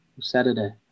Saturday